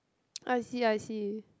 I see I see